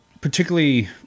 Particularly